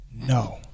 No